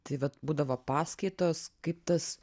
tai vat būdavo paskaitos kaip tas